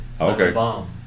Okay